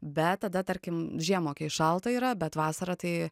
bet tada tarkim žiemą kai šalta yra bet vasarą tai